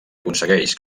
aconsegueix